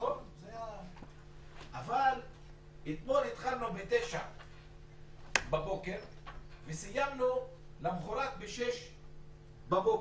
אבל אתמול התחלנו ב-09:00 בבוקר וסיימנו למוחרת ב-06:00 בבוקר.